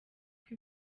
kuko